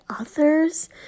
authors